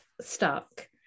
stuck